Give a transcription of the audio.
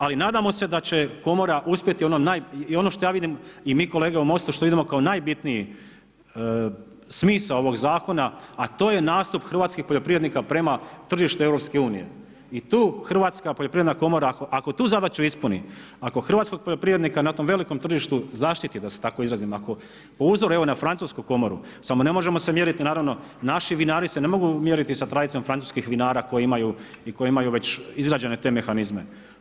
Ali nadamo se da će komora uspjeti ono naj, i ono što ja vidim i mi kolege u MOST-u što vidimo kao najbitniji smisao ovog zakona a to je nastup hrvatskih poljoprivrednika prema tržištu EU i tu HPK ako tu zadaću ispuni, ako hrvatskog poljoprivrednika na tom velikom tržištu zaštiti da se tako izrazim, ako po uzoru evo na francusku komoru, samo ne možemo se mjeriti naravno, naši vinari se ne mogu mjeriti sa tradicijom francuskih vinara koji imaju i koji imaju već izrađene te mehanizme.